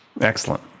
Excellent